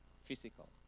physical